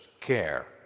care